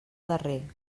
darrer